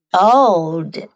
old